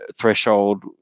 threshold